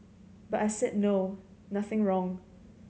but I said no nothing wrong